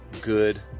good